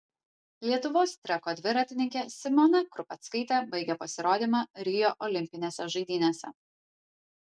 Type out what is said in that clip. lietuvos treko dviratininkė simona krupeckaitė baigė pasirodymą rio olimpinėse žaidynėse